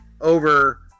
over